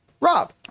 Rob